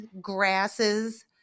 grasses